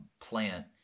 plant